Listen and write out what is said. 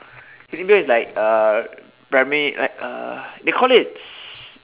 chuunibyou is like uh primary like uh they call it